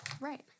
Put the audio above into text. Right